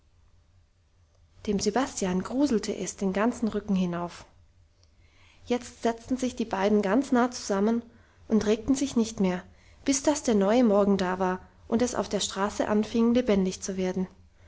dem sebastian gruselte es den ganzen rücken hinauf jetzt setzten sich die beiden ganz nah zusammen und regten sich nicht mehr bis dass der neue morgen da war und es auf der straße anfing lebendig zu werden